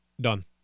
done